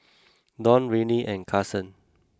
Don Rennie and Carson